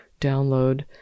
download